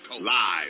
live